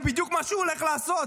זה בדיוק מה שהוא הולך לעשות,